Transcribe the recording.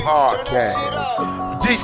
Podcast